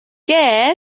què